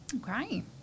Great